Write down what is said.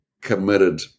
committed